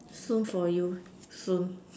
soon for you soon